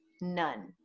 none